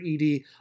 ED